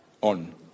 on